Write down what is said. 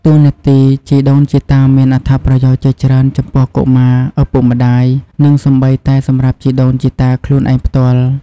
តួនាទីជីដូនជីតាមានអត្ថប្រយោជន៍ជាច្រើនចំពោះ កុមារ ឪពុកម្តាយ និងសូម្បីតែសម្រាប់ជីដូនជីតាខ្លួនឯងផ្ទាល់។